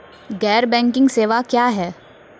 गैर बैंकिंग सेवा क्या हैं?